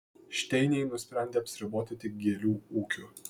šteiniai nusprendė apsiriboti tik gėlių ūkiu